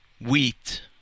wheat